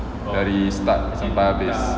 dari start sampai habis